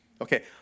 Okay